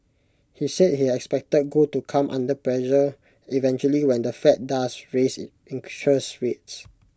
he said he expected gold to come under pressure eventually when the fed does raise interest rates